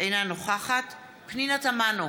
אינה נוכחת פנינה תמנו,